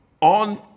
on